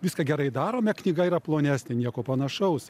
viską gerai darome knyga yra plonesnė nieko panašaus